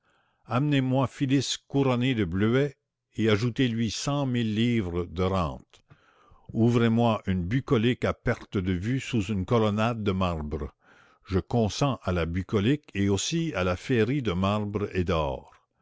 amenez-moi philis couronnée de bleuets et ajoutez lui cent mille livres de rente ouvrez-moi une bucolique à perte de vue sous une colonnade de marbre je consens à la bucolique et aussi à la féerie de marbre et d'or